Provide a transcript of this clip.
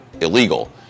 illegal